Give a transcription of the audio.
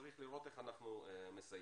וצריך לראות איך אנחנו מסייעים.